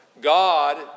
God